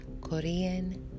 Korean